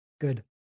Good